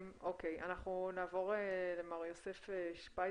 נעבור למר יוסף שפייזר,